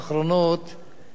ואללה, יש לכם קול חזק.